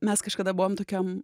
mes kažkada buvom tokiam